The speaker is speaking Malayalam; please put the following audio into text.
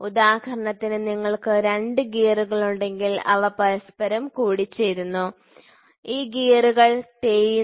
ഉദാഹരണത്തിന് നിങ്ങൾക്ക് രണ്ട് ഗിയറുകളുണ്ടെങ്കിൽ അവ പരസ്പരം കൂടിച്ചേരുന്നു ഈ ഗിയറുകൾ തേയുന്ന